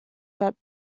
that